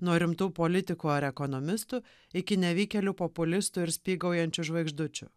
nuo rimtų politikų ar ekonomistų iki nevykėlių populistų ir spygaujančių žvaigždučių